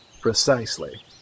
Precisely